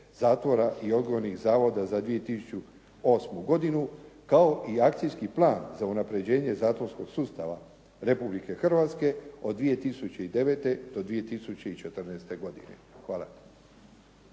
i odgojnih zavoda za 2008. godinu kao i Akcijski plan za unapređenje zatvorskog sustava Republike Hrvatske od 2009. do 2014. godine. Hvala.